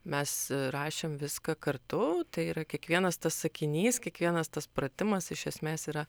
mes rašėm viską kartu tai yra kiekvienas tas sakinys kiekvienas tas pratimas iš esmės yra